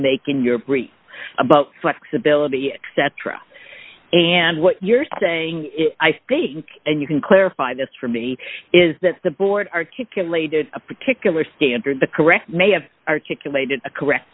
make in your about flexibility except for a and what you're saying is i think and you can clarify this for me is that the board articulated a particular standard the correct may have articulated a correct